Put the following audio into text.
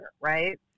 right